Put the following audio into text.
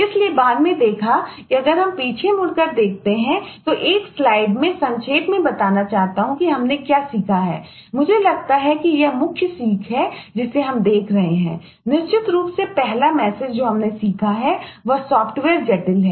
इसलिए बाद में देखा कि अगर हम पीछे मुड़कर देखते हैं तो एक स्लाइड है